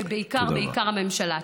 ובעיקר בעיקר הממשלה.